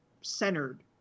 centered